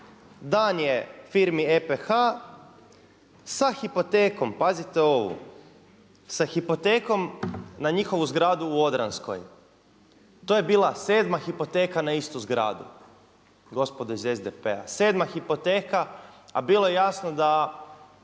dan je firmi EPH sa hipotekom, pazite ovo, sa hipotekom na njihovu zgradu u Odranskoj. To je bila 7. hipoteka na istu zgradu. Gospodo iz SDP-a, 7. hipoteka a bilo je jasno da